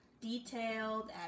detailed